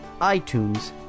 iTunes